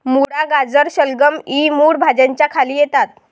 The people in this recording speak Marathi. मुळा, गाजर, शलगम इ मूळ भाज्यांच्या खाली येतात